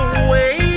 away